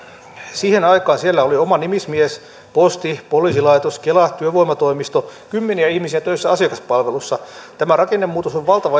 siihen aikaan siellä oli oma nimismies posti poliisilaitos kela työvoimatoimisto kymmeniä ihmisiä töissä asiakaspalvelussa tämä rakennemuutos on valtava ja